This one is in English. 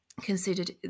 considered